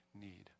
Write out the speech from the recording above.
need